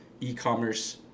e-commerce